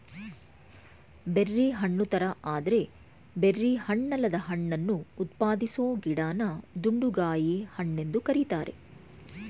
berry ಹಣ್ಣುತರ ಆದ್ರೆ berry ಹಣ್ಣಲ್ಲದ ಹಣ್ಣನ್ನು ಉತ್ಪಾದಿಸೊ ಗಿಡನ ದುಂಡುಗಾಯಿ ಹಣ್ಣೆಂದು ಕರೀತಾರೆ